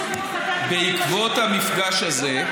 ובעקבות המפגש הזה,